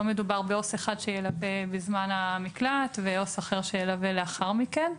לא מדובר בעו"ס אחד שילווה בזמן המקלט ועו"ס אחר שילווה לאחר מכן.